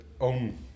own